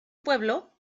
pueblo